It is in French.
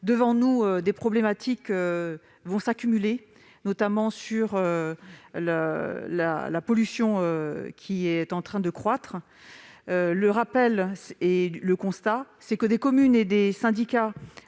Devant nous, des problèmes vont s'accumuler, notamment sur la pollution, qui est en train de croître. Force est de constater que des communes et des syndicats